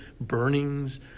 burnings